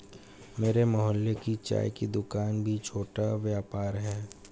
मेरे मोहल्ले की चाय की दूकान भी छोटा व्यापार है